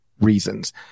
reasons